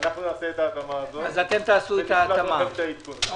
אנחנו נעשה את ההתאמה הזאת ונשלח לכם את העדכון.